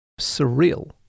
surreal